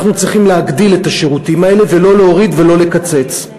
אנחנו צריכים להגדיל את השירותים האלה ולא להוריד ולא לקצץ.